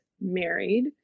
married